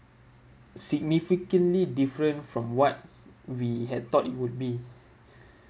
significantly different from what we had thought it would be